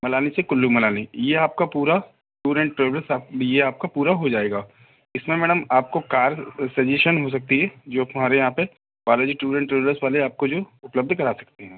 मलानी से कुल्लू मनाली ये आपका पूरा टूर एंड ट्रैवल्स ये आपका पूरा हो जाएगा इसमें मैडम आपको कार सजेशन हो सकती है जो कि हमारे यहाँ पे बालाजी टूर एंड ट्रैवल्स वाले आपको जो उपलब्ध करा सकते हैं